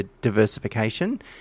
diversification